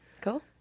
Cool